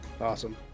awesome